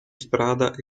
strada